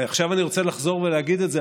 ועכשיו אני רוצה לחזור ולהגיד את זה,